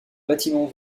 bâtiment